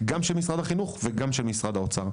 גם של משרד החינוך וגם של משרד האוצר.